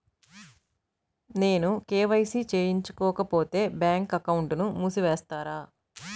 నేను కే.వై.సి చేయించుకోకపోతే బ్యాంక్ అకౌంట్ను మూసివేస్తారా?